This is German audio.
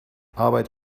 arbeit